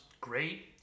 great